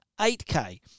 8K